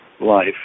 life